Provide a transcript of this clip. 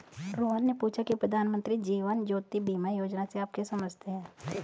रोहन ने पूछा की प्रधानमंत्री जीवन ज्योति बीमा योजना से आप क्या समझते हैं?